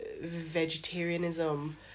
vegetarianism